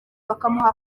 bakamuha